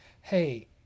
Hey